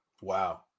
Wow